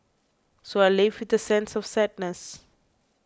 so I leave with a sense of sadness